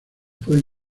pueden